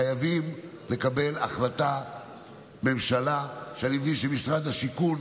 חייבים לקבל החלטת ממשלה, ואני מבין שמשרד השיכון